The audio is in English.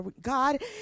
God